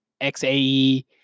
XAE